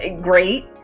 great